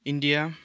India